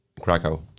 Krakow